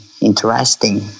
interesting